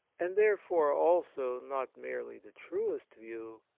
and therefore also not merely the truest view,